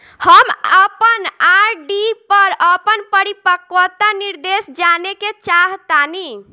हम अपन आर.डी पर अपन परिपक्वता निर्देश जानेके चाहतानी